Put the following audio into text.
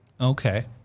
okay